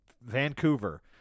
Vancouver